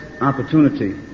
opportunity